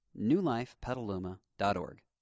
newlifepetaluma.org